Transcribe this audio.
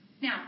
Now